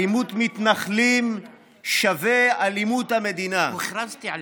אלימות מתנחלים = אלימות המדינה.